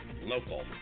Local